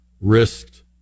risked